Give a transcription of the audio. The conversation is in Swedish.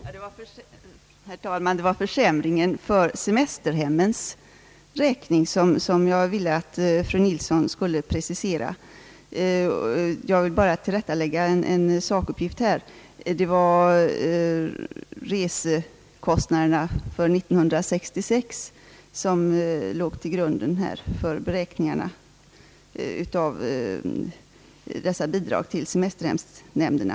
Herr talman! Det var försämringen för semesterhemmen som jag ville att fru Nilsson skulle precisera. Sedan vill jag bara lägga till rätta en sakuppgift. Det var resekostnaderna för 1966 som låg till grund för beräkningarna av detta bidrag till semesterhemsnämnderna.